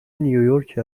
نیویورک